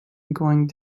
going